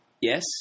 Yes